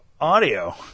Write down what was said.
audio